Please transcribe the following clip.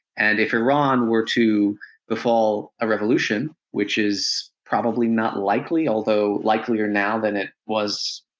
and if iran were to befall a revolution, which is probably not likely, although likelier now than it was,